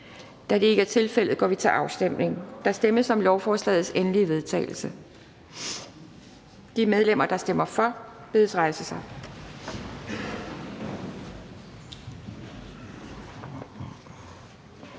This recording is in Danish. Anden næstformand (Pia Kjærsgaard): Der stemmes om lovforslagets endelige vedtagelse. De medlemmer, der stemmer for, bedes rejse sig.